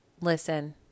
Listen